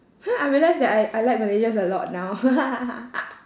I realise that I I like malaysians a lot now